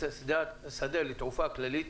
השדה לתעופה כללית